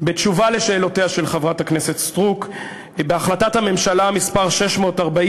בתשובה על שאלותיה של חברת הכנסת סטרוק: בהחלטת הממשלה מס' 640